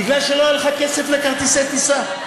מפני שלא היה לך כסף לכרטיסי טיסה,